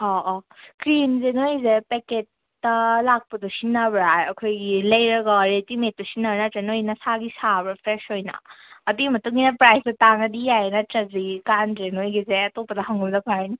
ꯑꯧ ꯑꯧ ꯀ꯭ꯔꯤꯝꯁꯦ ꯅꯣꯏꯒꯤꯁꯦ ꯄꯦꯀꯦꯠꯇ ꯂꯥꯛꯄꯗꯨ ꯁꯤꯖꯤꯟꯅꯕ꯭ꯔꯥ ꯑꯩꯈꯣꯏꯒꯤ ꯂꯩꯔꯒ ꯑꯣꯏ ꯔꯦꯗꯤꯃꯦꯠꯇꯣ ꯁꯤꯖꯤꯟꯅꯕ꯭ꯔꯥ ꯅꯠꯇ꯭ꯔꯒ ꯅꯣꯏ ꯅꯁꯥꯒꯤ ꯁꯥꯕ꯭ꯔꯥ ꯐ꯭ꯔꯦꯁ ꯑꯣꯏꯅ ꯑꯗꯨꯒꯤ ꯃꯇꯨꯡ ꯏꯟꯅ ꯄ꯭ꯔꯥꯏꯁꯇꯣ ꯇꯥꯡꯉꯗꯤ ꯌꯥꯏ ꯅꯠꯇ꯭ꯔꯗꯤ ꯀꯥꯟꯅꯗ꯭ꯔꯦ ꯅꯣꯏꯒꯤꯁꯦ ꯑꯇꯣꯞꯄꯗ ꯍꯪꯉꯨꯕꯅ ꯐꯔꯅꯤ